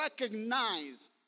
recognize